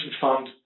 fund